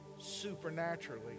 supernaturally